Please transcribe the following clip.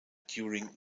during